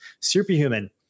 superhuman